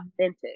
authentic